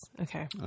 Okay